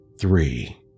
three